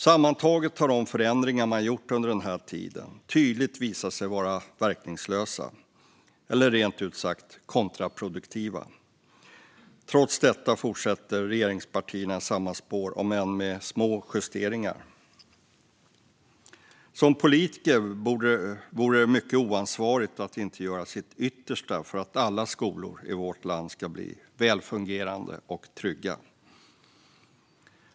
Sammantaget har de förändringar som har gjorts under denna tid tydligt visat sig vara verkningslösa, eller rent ut sagt kontraproduktiva. Trots detta fortsätter regeringspartierna i samma spår, om än med små justeringar. Som politiker vore det mycket oansvarigt att inte göra sitt yttersta för att alla skolor i vårt land ska bli välfungerande och trygga.